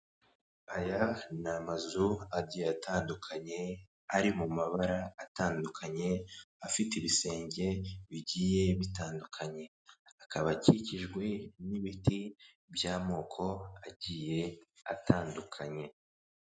Aya ni amazu agiye atandukanye ari mu mabara atandukanye afite ibisenge bigiye bitandukanye, akaba akikijwe n'ibiti by'amoko agiye atandukanye.